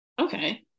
Okay